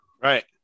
Right